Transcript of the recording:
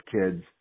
kids